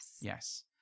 Yes